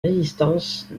résistance